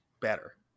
better